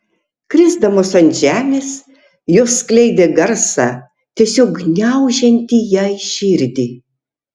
krisdamos ant žemės jos skleidė garsą tiesiog gniaužiantį jai širdį